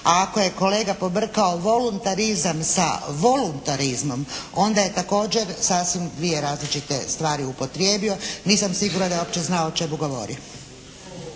A ako je kolega pobrkao voluntarizam sa voluntarizmom onda je također sasvim dvije različite stvari upotrijebio. Nisam sigurna da je uopće znao o čemu govori.